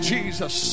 Jesus